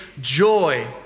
joy